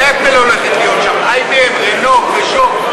"אפל" הולכת להיות שם, IBM, "רנו", "פז'ו".